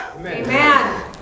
Amen